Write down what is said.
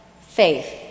Faith